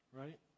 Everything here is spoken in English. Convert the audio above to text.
right